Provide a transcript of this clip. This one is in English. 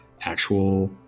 actual